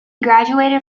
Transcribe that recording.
graduated